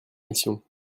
missions